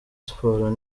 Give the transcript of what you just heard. sport